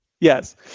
Yes